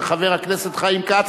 לדיון מוקדם בוועדת